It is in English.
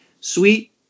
sweet